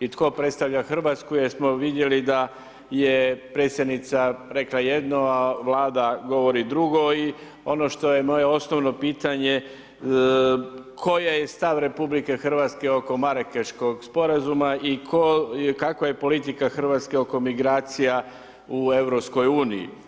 i tko predstavlja Hrvatsku jer smo vidjeli da je predsjednica rekla jedno, a Vlada govori drugo i ono što je moje osnovno pitanje koji je stav RH oko Marakeškog sporazuma i kakva je politika Hrvatske oko migracija u Europskoj uniji.